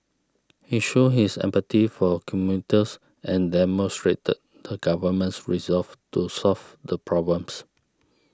he showed his empathy for commuters and demonstrated the government's resolve to solve the problems